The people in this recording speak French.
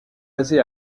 basés